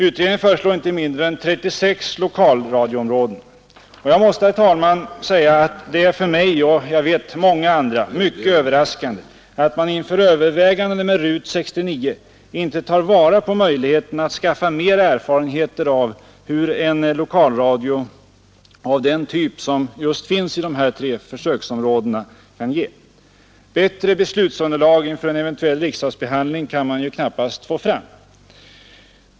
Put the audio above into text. Utredningen föreslår inte mindre än 36 lokalradioområden. Jag måste säga, herr talman, att det för mig och för många andra är mycket överraskande att man inför övervägandena om RUT 69 inte tar vara på möjligheterna att skaffa mer erfarenheter av vad en lokalradio av den typ som finns just i dessa tre försöksområden kan ge. Bättre beslutsunderlag inför en eventuell riksdagsbehandling kan man knappast få fram.